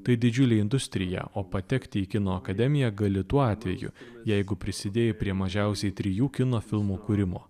tai didžiulė industrija o patekti į kino akademiją gali tuo atveju jeigu prisidėjai prie mažiausiai trijų kino filmų kūrimo